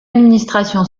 administration